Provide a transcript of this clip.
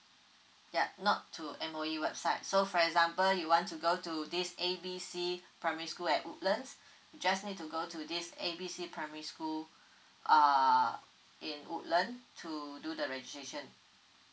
yup not to M_O_E website so for example you want to go to this A B C primary school at woodlands you just need to go to this A B C primary school ah in woodland to do the registration